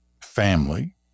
Family